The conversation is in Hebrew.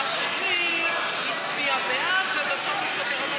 בקו המחשבה שלי הוא הצביע בעד ובסוף הוא התפטר.